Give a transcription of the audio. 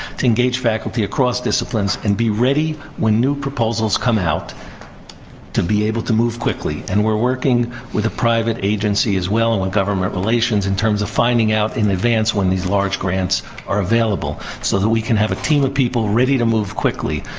to engage faculty across disciplines and be ready when new proposals come out to be able to move quickly. and we're working with a private agency, as well, and with government relations in terms of finding out in advance when these large grants are available so that we can have a team of people ready to move quickly.